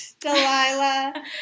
Delilah